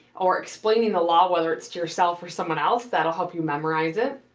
or explaining the law, whether it's to yourself or someone else, that'll help you memorize it.